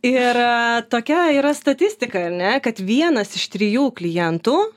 ir tokia yra statistika ar ne kad vienas iš trijų klientų